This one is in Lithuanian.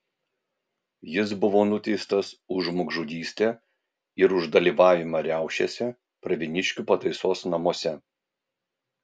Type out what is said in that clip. jis buvo nuteistas už žmogžudystę ir už dalyvavimą riaušėse pravieniškių pataisos namuose